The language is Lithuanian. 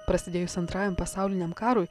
prasidėjus antrajam pasauliniam karui